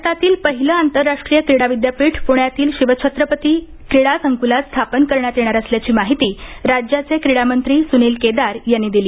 भारतातील पहिले आंतरराष्ट्रीय क्रीडा विद्यापीठ प्ण्यातील शिवछत्रपती क्रीडा संकुलात स्थापन करण्यात येणार असल्याची माहिती राज्याचे क्रीडा मंत्री सुनील केदार यांनी दिली